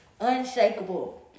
unshakable